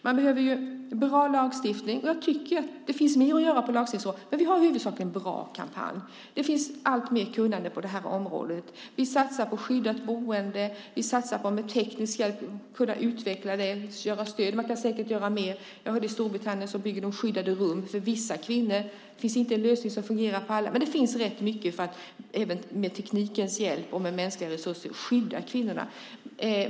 Det behövs en bra lagstiftning. Det finns mer att göra på lagstiftningsområdet, men vi har en i huvudsak bra kampanj. Det finns alltmer kunnande på området. Vi satsar på skyddat boende. Vi satsar på att utveckla de tekniska frågorna. Det går säkert att göra mer. Jag har hört att man i Storbritannien har byggt skyddade rum för vissa kvinnor. Det finns inte en lösning som fungerar för alla, men det finns rätt mycket för att även med teknikens hjälp och mänskliga resurser skydda kvinnorna.